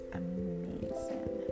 amazing